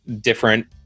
different